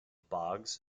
bogs